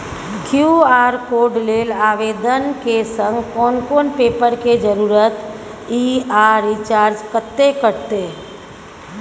QR code लेल आवेदन के संग कोन कोन पेपर के जरूरत इ आ चार्ज कत्ते कटते?